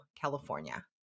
California